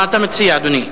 מה אתה מציע, אדוני?